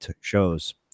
Shows